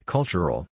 Cultural